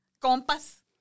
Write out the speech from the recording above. Compas